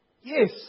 Yes